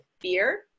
fear